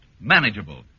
manageable